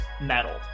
metal